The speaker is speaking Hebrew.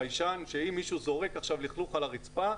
שאם מישהו זורק עכשיו לכלוך על הרצפה,